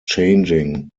changing